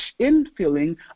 infilling